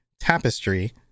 Tapestry